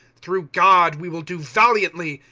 through god we will do valiantly.